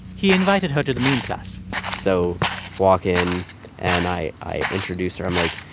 he invited her to the meme class so walk in and i i introduce her. i'm like,